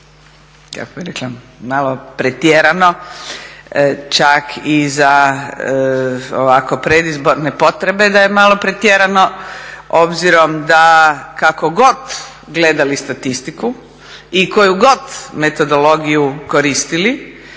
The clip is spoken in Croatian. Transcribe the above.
kako bi rekla, malo pretjerano, čak i za ovako predizborne potrebe da je malo pretjerano. Obzirom kako god gledali statistiku i koju god metodologiju koristili